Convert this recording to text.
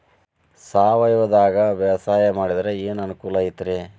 ಸಾವಯವದಾಗಾ ಬ್ಯಾಸಾಯಾ ಮಾಡಿದ್ರ ಏನ್ ಅನುಕೂಲ ಐತ್ರೇ?